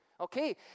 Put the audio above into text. Okay